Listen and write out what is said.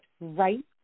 right